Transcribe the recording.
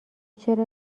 چرا